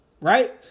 right